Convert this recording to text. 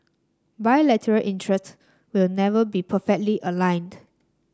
bilateral interest will never be perfectly aligned